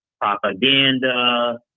propaganda